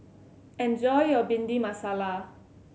enjoy your Bhindi Masala